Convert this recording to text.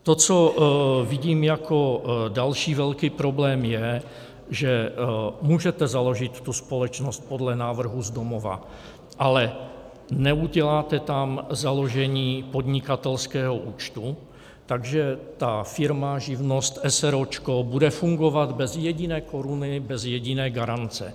To, co vidím jako další velký problém, je, že můžete založit společnost podle návrhu z domova, ale neuděláte tam založení podnikatelského účtu, takže ta firma, živnost, s. r. o., bude fungovat bez jediné koruny, bez jediné garance.